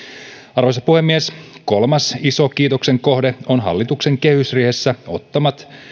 arvoisa puhemies kolmas iso kiitoksen kohde on hallituksen kehysriihessä ottamat